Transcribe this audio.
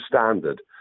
standard